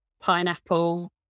pineapple